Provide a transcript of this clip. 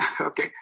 Okay